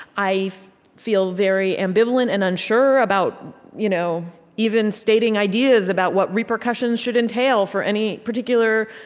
i feel very ambivalent and unsure about you know even stating ideas about what repercussions should entail for any particular